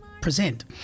present